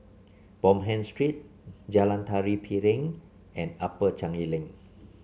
Bonham Street Jalan Tari Piring and Upper Changi Link